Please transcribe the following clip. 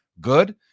good